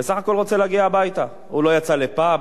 בסך הכול רוצה להגיע הביתה, הוא לא יצא לפאב,